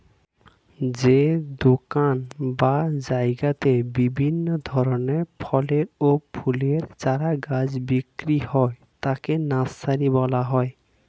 যে দোকান বা জায়গাতে বিভিন্ন ধরনের ফলের ও ফুলের চারা গাছ বিক্রি হয় তাকে নার্সারি বলা হয়